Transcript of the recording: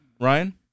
Ryan